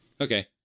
Okay